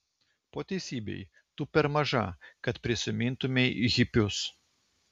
po teisybei tu per maža kad prisimintumei hipius